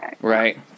Right